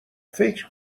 فکر